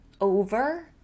over